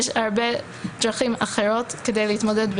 יש הרבה דרכים אחרות כדי להתמודד עם